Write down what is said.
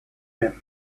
him